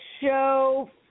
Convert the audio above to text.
show –